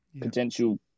potential